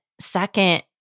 second